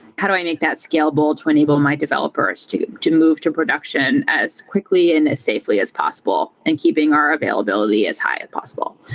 how do i make that scalable to enable my developers to to move to production as quickly and as safely as possible and keeping our availability as high as possible?